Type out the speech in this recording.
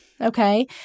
Okay